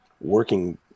working